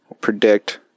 predict